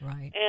Right